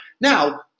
Now